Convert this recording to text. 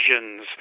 visions